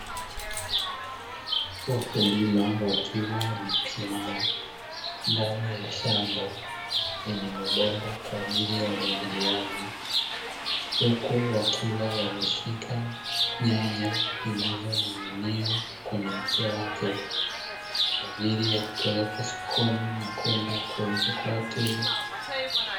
Wakulima wakiwa wamechuchumaa ndani ya shamba lenye mabomba kwa ajili ya umwagiliaji, huku wakiwa wameshika nyanya zinazoning'inia kwenye mche wake kwa ajili ya kupelekwa sokoni na kwenda kuuzwa kwa wateja,